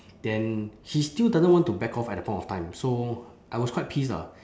then he still doesn't want to back off at the point of time so I was quite pissed ah